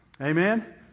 Amen